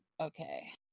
okay